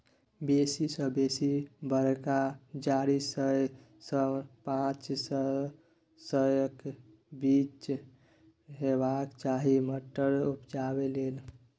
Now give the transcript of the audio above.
बेसी सँ बेसी बरखा चारि सय सँ पाँच सयक बीच हेबाक चाही मटर उपजाबै लेल